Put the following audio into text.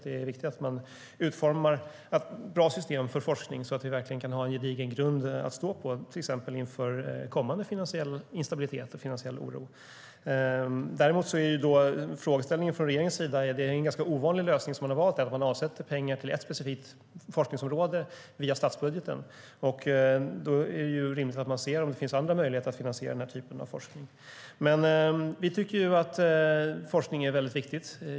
Det är viktigt att utforma ett bra system för forskning så att vi har en gedigen grund att stå på, till exempel inför kommande finansiell instabilitet och oro. Forskning är viktigt.